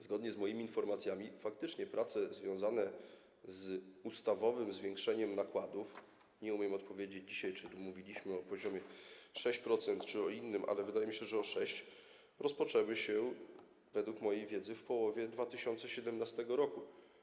Zgodnie z moimi informacjami faktycznie prace związane z ustawowym zwiększeniem nakładów - nie umiem odpowiedzieć dzisiaj, czy mówiliśmy o poziomie 6%, czy o innym, ale wydaje mi się, że o 6% - rozpoczęły się - według mojej wiedzy - w połowie 2017 r.